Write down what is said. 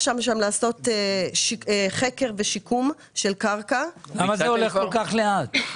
שם לעשות חקר ושיקום של קרקע -- למה זה הולך כל-כך לאט?